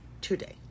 today